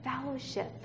fellowship